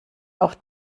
auf